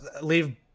leave